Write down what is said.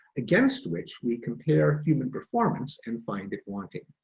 against which we compare human performance and find it wanting,